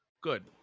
Good